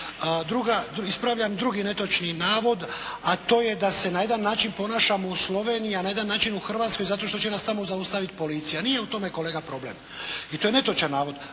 Ispravljam drugi netočni navod, a to je da se na jedan način ponašamo u Sloveniji a na jedan način u Hrvatskoj zato što će nas tamo zaustavit policija. Nije u tome kolega problem. I to je netočan navod.